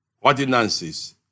ordinances